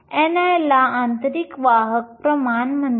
ni ला आंतरिक वाहक प्रमाण म्हणतात